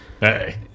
Hey